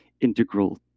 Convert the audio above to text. integral